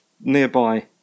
nearby